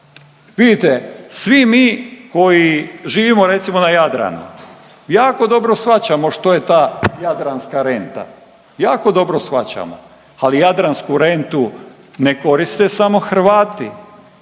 Vidite, svi mi koji živimo recimo na Jadranu jako dobro shvaćamo što je ta jadranska renta, jako dobro shvaćamo, ali jadransku rentu ne koriste samo Hrvati,